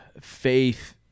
faith